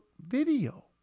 video